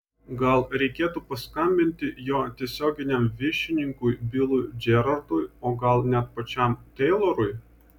gal reikėtų paskambinti jo tiesioginiam viršininkui bilui džerardui o gal net pačiam teilorui